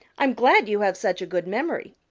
i'm glad you have such a good memory.